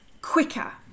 quicker